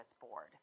board